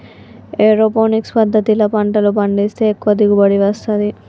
aeroponics పద్దతిల పంటలు పండిస్తే ఎక్కువ దిగుబడి వస్తది